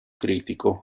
critico